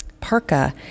parka